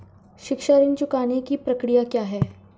शिक्षा ऋण चुकाने की प्रक्रिया क्या है?